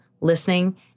listening